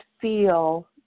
feel